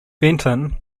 fenton